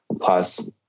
plus